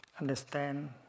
understand